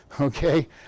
Okay